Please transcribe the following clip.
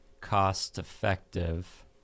cost-effective